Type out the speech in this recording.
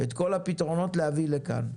את כל הפתרונות להביא לכאן.